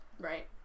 Right